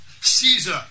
Caesar